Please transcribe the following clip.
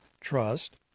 trust